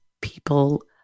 people